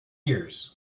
years